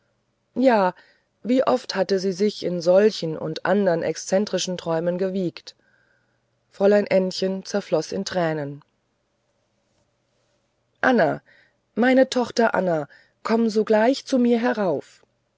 ja wie oft hatte sie sich in solchen und andern exzentrischen träumen gewiegt fräulein ännchen zerfloß in tränen anna meine tochter anna komme sogleich zu mir herauf